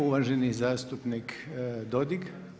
Uvaženi zastupnik Dodig.